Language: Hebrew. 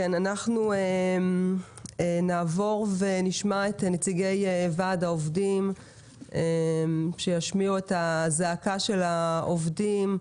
אנחנו נעבור ונשמע את נציגי וועד העובדים שישמיעו את הזעקה של העובדים.